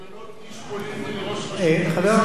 חבר הכנסת בר-און.